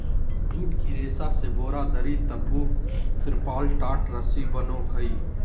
जुट के रेशा से बोरा, दरी, तम्बू, तिरपाल, टाट, रस्सी बनो हइ